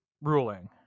ruling